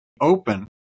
open